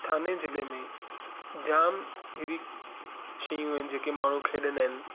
ठाणे जिले में जाम आहिड़ी शयूं आहिनि जेके माण्हूं खेॾंदा आहिनि